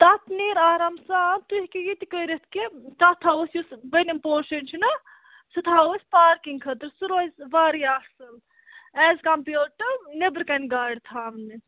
تَتھ نیرِ آرام سان تُہۍ ہیٚکِو یہِ تہِ کٔرِتھ کہِ تَتھ تھاوَو أسۍ یُس بۅنِم پورشَن چھُنا سُہ تھاوو أسۍ پارکِنٛگ خٲطرٕ سُہ روزِ واریاہ اَصٕل ایٚز کَمپِیٲرڈ ٹُو نٮ۪برٕ کَنہِ گاڑِ تھاونہِ